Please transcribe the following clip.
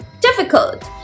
difficult